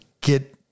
get